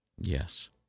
Yes